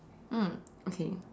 mm okay